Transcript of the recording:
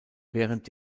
während